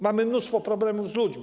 Mamy mnóstwo problemów z ludźmi.